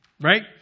right